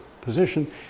position